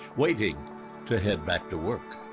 waiting to head back to work.